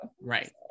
right